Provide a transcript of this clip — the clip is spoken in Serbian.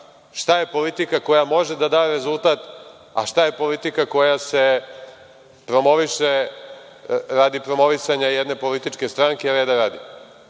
šta je politika koja može da da rezultat, a šta je politika koja se promoviše radi promovisanja jedne političke stranke reda